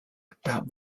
about